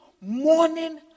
morning